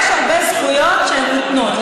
יש הרבה זכויות שהן מותנות.